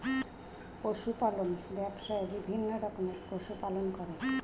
পশু পালন ব্যবসায়ে বিভিন্ন রকমের পশু পালন করে